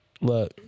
look